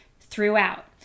throughout